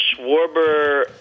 Schwarber